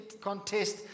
contest